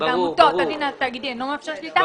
כי בעמותות הדין התאגידי אינו מאפשר שליטה.